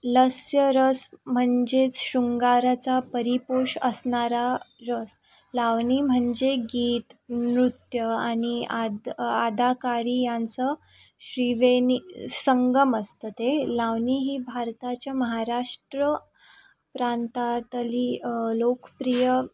लस्य रस म्हणजेच श्रुंगाराचा परिपोष असणारा रस लावणी म्हणजे गीत नृत्य आणि आद अदाकारी यांचं त्रिवेणी संगम असतं ते लावणी ही भारताच्या महाराष्ट्र प्रांतातली लोकप्रिय